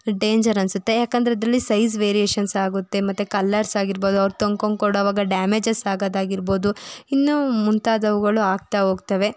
ಡೇಂಜರನ್ಸುತ್ತೆ ಯಾಕೆಂದರೆ ಅದರಲ್ಲಿ ಸೈಝ್ ವೆರಿಯೇಶನ್ಸಾಗುತ್ತೆ ಮತ್ತು ಕಲ್ಲರ್ಸಾಗಿರ್ಬೋದು ಅವರು ತಂಕೊಂಡ್ ಕೊಡೋವಾಗ ಡ್ಯಾಮೇಜಸ್ಸಾಗದಾಗಿರ್ಬೋದು ಇನ್ನೂ ಮುಂತಾದವುಗಳು ಆಗ್ತಾ ಹೋಗ್ತವೆ